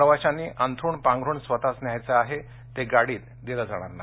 प्रवाशांनी अंथरुण पांघरुण स्वतःचं न्यायचं आहे गाडीत दिलं जाणार नाही